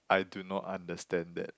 I do not understand that